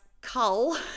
cull